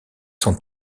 sont